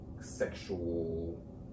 sexual